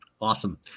Awesome